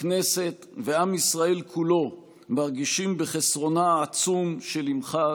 הכנסת ועם ישראל כולו מרגישים בחסרונה העצום של אימך,